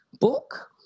book